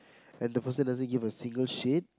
and the person doesn't give a single shit